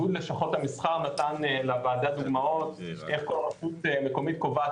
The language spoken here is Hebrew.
איגוד לשכות המסחר נתן לוועדה דוגמאות איך כל רשות מקומית קובעת